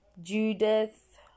Judith